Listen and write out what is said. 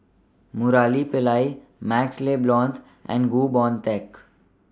Murali Pillai MaxLe Blond and Goh Boon Teck